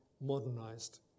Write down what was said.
modernized